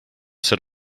sit